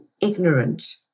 ignorant